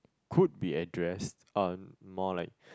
could be address on more like